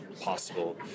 possible